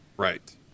Right